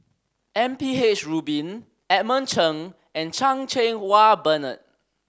M P H Rubin Edmund Cheng and Chan Cheng Wah Bernard